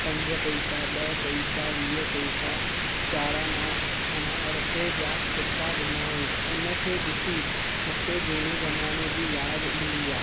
पंज पैसा ॾह पैसा वीह पैसा चारि आना अठ आना रुपए जा सिका ॾिना हुअईं हुनखे ॾिसी मूंखे झूने ज़माने जी यादि ईंदी आहे